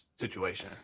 Situation